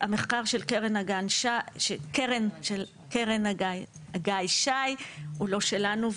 המחקר של קרן אגאי-שי הוא לא שלנו,